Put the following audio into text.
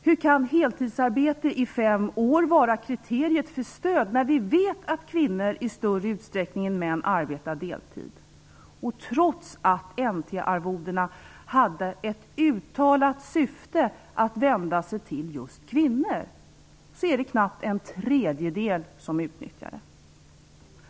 Hur kan heltidsarbete i fem år vara kriteriet för stöd när vi vet att kvinnor i större utsträckning än män arbetar deltid? Trots att NT-bidragen hade ett uttalat syfte att vända sig till just kvinnor är det knappt en tredjedel som utnyttjar dem.